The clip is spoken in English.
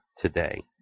today